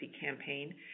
campaign